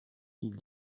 ils